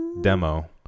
demo